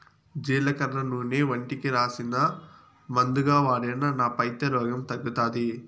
జీలకర్ర నూనె ఒంటికి రాసినా, మందుగా వాడినా నా పైత్య రోగం తగ్గుతాది